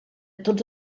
tots